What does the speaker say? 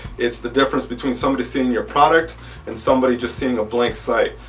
it's the difference between somebody seeing your product and somebody just seeing a blank site.